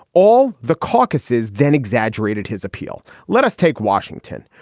all the caucuses then exaggerated his appeal. let us take washington.